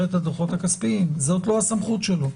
את הדוחות הכספיים זו לא הסמכות שלו.